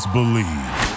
Believe